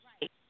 right